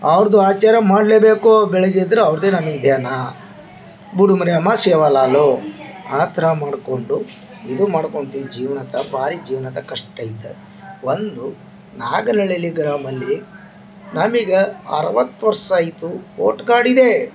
ಅವ್ರ್ದು ಆಚರಣೆ ಮಾಡಲೇಬೇಕು ಬೆಳ್ಗೆ ಎದ್ರ ಅವ್ರ್ದೆ ನಮಗೆ ಧ್ಯಾನ ಬುಡುಮುರಿ ಅಮ್ಮ ಶಿವಲಾಲು ಹತ್ರ ಮಾಡ್ಕೊಂಡು ಇದು ಮಾಡ್ಕೊಂಡು ಜೀವ್ನಕ್ಕ ಭಾರಿ ಜೀವನ್ದಾಗೆ ಕಷ್ಟ ಇದ್ದ ಒಂದು ನಾಗನಹಳ್ಳಿಯಲ್ಲಿ ಗ್ರಾಮಲ್ಲಿ ನಮಗೆ ಅರವತ್ತು ವರ್ಷ ಆಯಿತು ಓಟ್ ಕಾರ್ಡ್ ಇದೆ